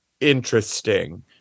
interesting